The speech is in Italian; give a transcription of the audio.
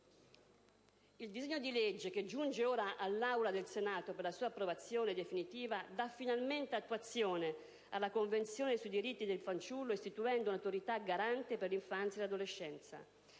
Il disegno di legge, che giunge ora nell'Aula del Senato per la sua approvazione definitiva, dà finalmente attuazione alla Convenzione sui diritti del fanciullo istituendo una Autorità garante per l'infanzia e l'adolescenza.